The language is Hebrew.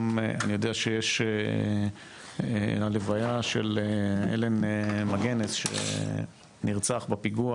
גם אני יודע שיש את הלוויה של אלן גנלס שנרצח בפיגוע